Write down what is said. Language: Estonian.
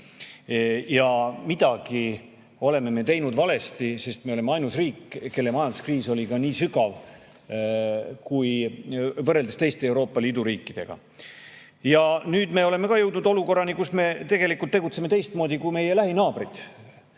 Midagi oleme me teinud valesti, sest me oleme ainus riik, kelle majanduskriis oli nii sügav. Seda võrreldes teiste Euroopa Liidu riikidega. Ja nüüd me oleme jõudnud olukorrani, kus me tegelikult tegutseme teistmoodi kui meie lähinaabrid.